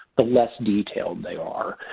the less detailed they are.